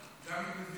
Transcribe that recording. הימ"מ.